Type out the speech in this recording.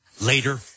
Later